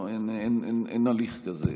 לא, אין הליך כזה.